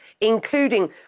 including